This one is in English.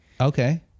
Okay